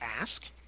ask